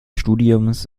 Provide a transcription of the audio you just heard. studiums